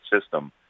system